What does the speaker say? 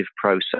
process